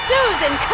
Susan